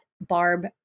Barb